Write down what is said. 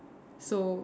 so